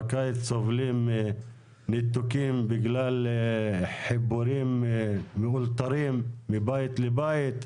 בקיץ סובלים מניתוקים בגלל חיבורים מאולתרים מבית לבית,